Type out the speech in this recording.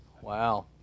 Wow